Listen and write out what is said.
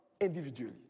individually